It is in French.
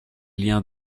liens